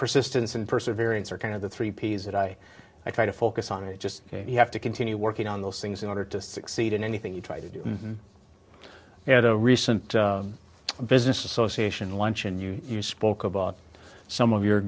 persistence and perseverance are kind of the three p s that i i try to focus on it just you have to continue working on those things in order to succeed in anything you try to do you had a recent business association luncheon you spoke about some of your